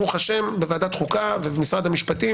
ברוך השם בוועדת חוקה ובמשרד המשפטים